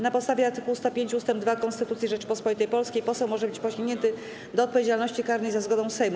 Na podstawie art. 105 ust. 2 Konstytucji Rzeczypospolitej Polskiej poseł może być pociągnięty do odpowiedzialności karnej za zgodą Sejmu.